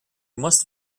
must